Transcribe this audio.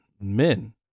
men